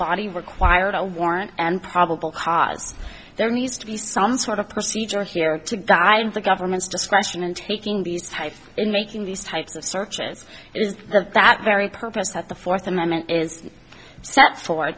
body required a warrant and probable cause there needs to be some sort of procedure here to guide the government's discretion in taking these types in making these types of searches is that very purpose that the fourth amendment is